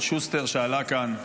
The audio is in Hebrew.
שעלה כאן.